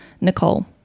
Nicole